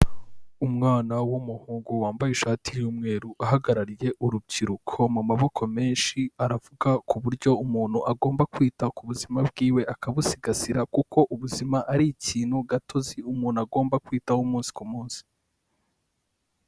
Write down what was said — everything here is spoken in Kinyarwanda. Umwana w'umuhungu wambaye ishati y'umweru, ahagarariye urubyiruko mu maboko menshi, aravuga ku buryo umuntu agomba kwita ku buzima bwiwe, akabusigasira kuko ubuzima ari ikintu gatozi umuntu agomba kwitaho umunsi ku munsi.